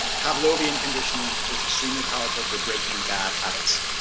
pavlovian conditioning is extremely powerful for breaking bad habits.